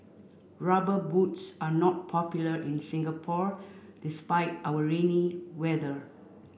rubber boots are not popular in Singapore despite our rainy weather